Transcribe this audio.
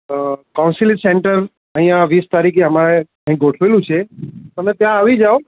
અ counselling centre અહિયાં વીસ તરીખે અમારે અહીં ગોઠવેલું છે તમે ત્યાં આવી જાઓ